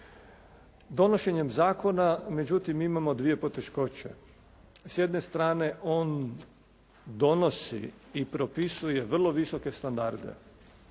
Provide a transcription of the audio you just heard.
Donošenjem zakona međutim imamo dvije poteškoće. S jedne strane on donosi i propisuje vrlo visoke standarde